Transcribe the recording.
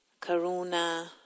Karuna